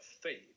faith